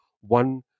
one